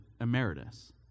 emeritus